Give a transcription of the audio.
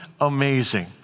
amazing